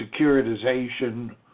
securitization